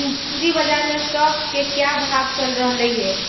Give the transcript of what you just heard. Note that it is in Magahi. पूंजी बाजार में स्टॉक्स के क्या भाव चल रहलई हे